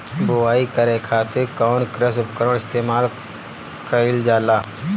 बुआई करे खातिर कउन कृषी उपकरण इस्तेमाल कईल जाला?